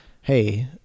hey